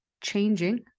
changing